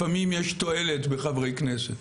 לפעמים יש תועלת בחברי כנסת.